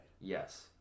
yes